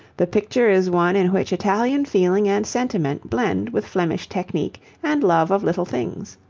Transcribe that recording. the picture is one in which italian feeling and sentiment blend with flemish technique and love of little things.